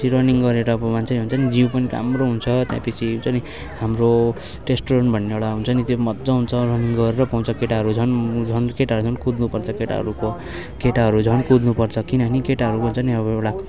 running गरेर अब मान्छे हुन्छ नि जिउ पनि राम्रो हुन्छ त्यहाँपछि हुन्छ नि हाम्रो टेस्टोरेन भन्ने एउटा हुन्छ नि त्यो मज्जा आउँछ रनिङ गरेर पाउँछ केटाहरू झन् म झन् केटाहरू झन् कुद्नुपर्छ केटाहरूको केटाहरू झन् कुद्नुपर्छ किनभने केटाहरूको चाहिँ नि अब एउटा